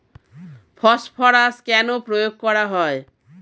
Phosphorus কেন প্রয়োগ করা হয়?